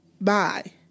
Bye